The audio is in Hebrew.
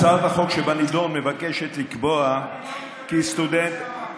הצעת החוק מבקשת לקבוע כי סטודנט,